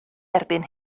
erbyn